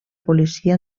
policia